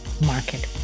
market